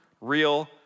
real